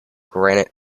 granite